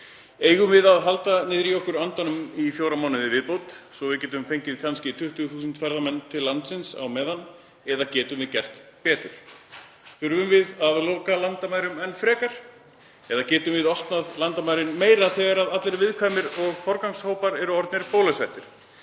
Eigum við að halda niðri í okkur andanum í fjóra mánuði í viðbót svo við getum kannski fengið 20.000 ferðamenn til landsins á meðan eða getum við gert betur? Þurfum við að loka landamærum enn frekar eða getum við opnað landamærin meira þegar allir viðkvæmir og forgangshópar eru orðnir bólusettir?